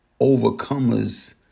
Overcomers